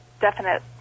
definite